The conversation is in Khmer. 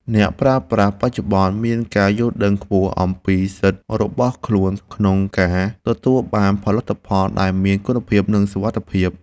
អ្នកប្រើប្រាស់បច្ចុប្បន្នមានការយល់ដឹងខ្ពស់អំពីសិទ្ធិរបស់ខ្លួនក្នុងការទទួលបានផលិតផលដែលមានគុណភាពនិងសុវត្ថិភាព។